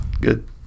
good